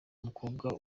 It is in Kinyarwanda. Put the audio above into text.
mukobwa